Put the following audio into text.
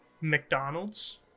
mcdonald's